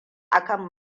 akan